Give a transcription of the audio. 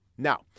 Now